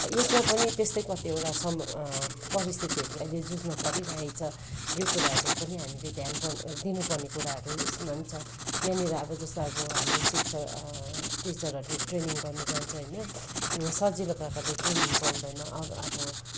यसमा पनि त्यस्तै कतिवटा सम परिस्थितिहरूले अहिले जुझ्न परिरहेको छ यो कुराहरू पनि हामीले ध्यान पर दिनुपर्ने कुराहरू यसमा पनि छ यहाँनिर अब जस्तो अब हाम्रो शिक्षा टिचरहरूले ट्रेनिङ गर्नु जान्छ होइन सजिलो प्रकारले ट्रेनिङ पाउँदैन अरू अब